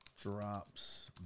drops